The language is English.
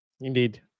Indeed